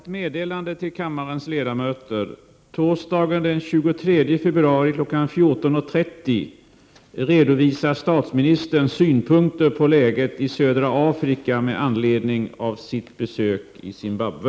Torsdagen den 23 februari kl. 14.30 redovisar statsministern synpunkter på läget i södra Afrika med anledning av sitt besök i Zimbabwe.